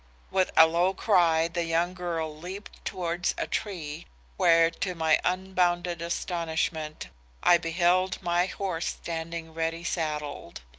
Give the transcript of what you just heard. with a low cry the young girl leaped towards a tree where to my unbounded astonishment i beheld my horse standing ready saddled.